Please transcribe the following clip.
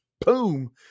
boom